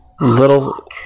Little